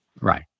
Right